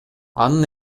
анын